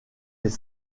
les